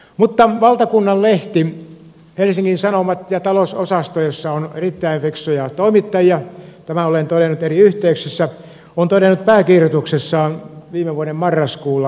mutta valtakunnan lehti helsingit sanomat ja talousosasto jossa on erittäin fiksuja toimittajia tämän olen todennut eri yhteyksissä on todennut pääkirjoituksessaan viime vuoden marraskuulla muun muassa seuraavaa